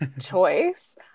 choice